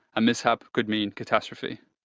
a mishap could mean catastrophe.